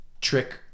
trick